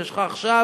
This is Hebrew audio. יש לך עכשיו,